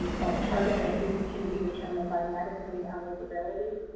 but part of it can be determined by medicaid eligibility.